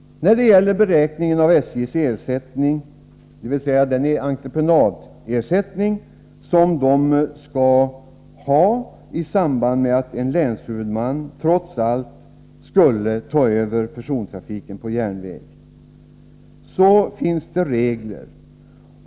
När det gäller beräkningen av den entreprenadersättning som SJ skall ha i samband med att en länshuvudman trots allt skulle ta över persontrafiken på järnväg, finns det regler.